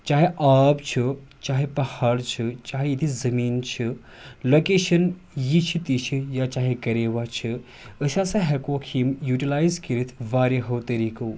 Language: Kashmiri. چاہے آب چھُ چاہے پہاڑ چھِ چاہے ییٚتِچ زٔمیٖن چھِ لوکیشَن یہِ چھِ تہِ چھِ چاہے کٔریوا چھِ أسۍ ہسا ہٮ۪کوکھ یِم یوٗٹٕلایز کٔرِتھ وایَہو طریقو